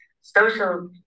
social